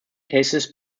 cases